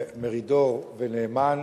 מרידור ונאמן,